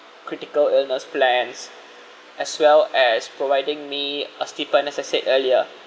critical illness plans as well as providing me a stipend as I said earlier